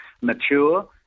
mature